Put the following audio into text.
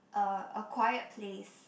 uh a quiet place